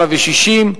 4 ו-60,